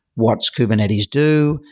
what kubernetes do?